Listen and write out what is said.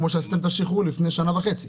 כמו שעשיתם את השחרור לפני שנה וחצי.